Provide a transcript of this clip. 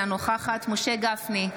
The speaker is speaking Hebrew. אינה נוכחת משה גפני,